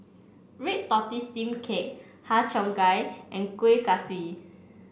Red Tortoise Steamed Cake Har Cheong Gai and Kueh Kaswi